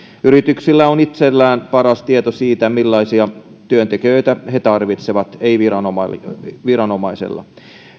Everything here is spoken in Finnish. yrityksillä on itsellään paras tieto siitä millaisia työntekijöitä ne tarvitsevat ei viranomaisilla